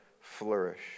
flourish